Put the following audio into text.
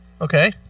Okay